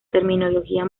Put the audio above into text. terminología